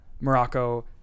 morocco